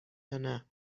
یانه